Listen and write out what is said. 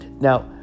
Now